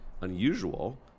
unusual